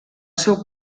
seu